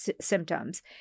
symptoms